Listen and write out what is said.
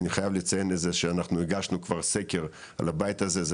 אני חייב לציין שאנחנו הגשנו כבר סקר על הבית הזה,